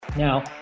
Now